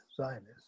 Zionists